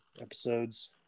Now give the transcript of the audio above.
episodes